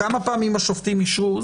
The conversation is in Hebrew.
כמה פעמים השופטים אישרו?